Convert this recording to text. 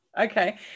okay